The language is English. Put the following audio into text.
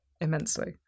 immensely